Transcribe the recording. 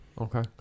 Okay